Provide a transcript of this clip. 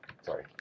Sorry